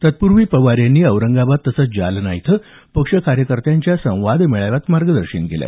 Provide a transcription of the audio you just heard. तत्पूर्वी पवार यांनी औरंगाबाद तसंच जालना इथं पक्ष कार्यकर्त्यांच्या संवाद मेळाव्यात मार्गदर्शन केलं